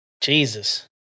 Jesus